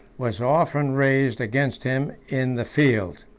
was often raised against him in the field.